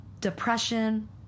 depression